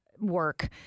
Work